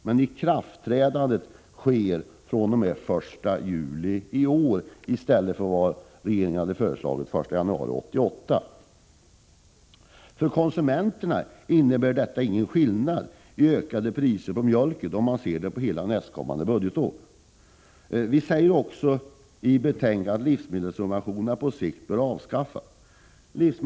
Men ikraftträdandet sker den 1 juli i år, i stället för, som regeringen hade föreslagit, den 1 januari 1988. För konsumenterna innebär detta ingen skillnad i ökade priser på mjölken, om man ser på hela nästkommande budgetår. Vi säger också i betänkandet att livsmedelssubventionerna på sikt bör avskaffas.